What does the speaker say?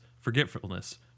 forgetfulness